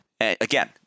Again